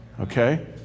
okay